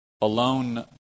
alone